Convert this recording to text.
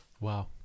wow